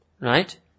right